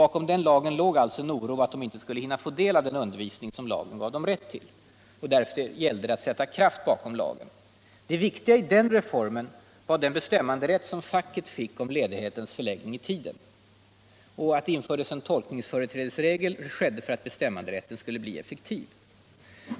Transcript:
Bakom den lagen låg en oro för att de inte skulle hinna få del av den undervisning som lagen ger dem rätt till och därför gällde det att sätta kraft bakom lagen. Det viktiga i den reformen var den bestämmanderätt som facket fick om ledighetens förläggning i tiden, och en tolkningsföreträdesrätt infördes för att bestämmanderätten skulle bli effektiv.